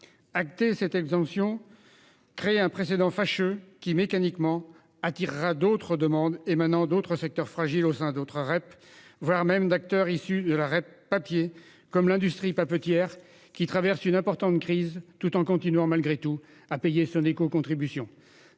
Acter cette exemption crée un précédent fâcheux, qui, mécaniquement, suscitera d'autres demandes émanant de secteurs fragiles au sein d'autres REP, voire d'acteurs issus de la REP papier, comme l'industrie papetière, qui traverse une importante crise en continuant malgré tout à payer son écocontribution.